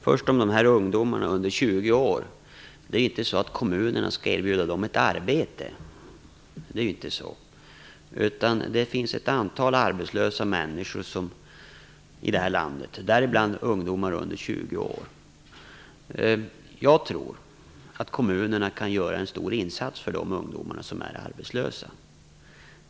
Herr talman! Det är inte så att kommunerna skall erbjuda ungdomar under 20 år ett arbete. Det finns ett antal arbetslösa människor i det här landet, däribland ungdomar under 20 år. Jag tror att kommunerna kan göra en stor insats för de ungdomar som är arbetslösa.